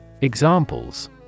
Examples